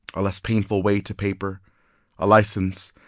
a less painful way to paper a license,